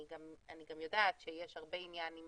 אני גם יודעת שיש הרבה עניין עם